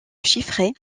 chiffrer